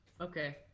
Okay